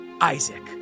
Isaac